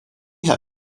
herr